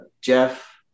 Jeff